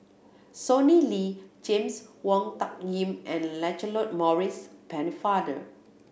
Sonny Liew James Wong Tuck Yim and Lancelot Maurice Pennefather